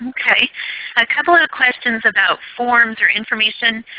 a ah couple of the questions about forms or information,